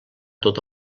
tot